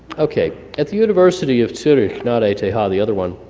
okay, at the university of zurich, not etihad the other one,